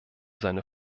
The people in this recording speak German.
seine